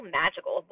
magical